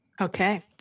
Okay